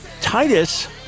Titus